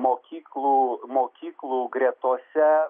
mokyklų mokyklų gretose